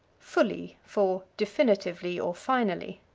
fully for definitively, or finally.